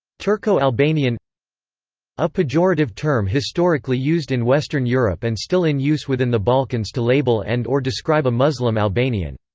turco-albanian a pejorative term historically used in western europe and still in use within the balkans to label and or describe a muslim albanian.